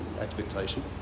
expectation